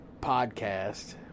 Podcast